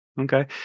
okay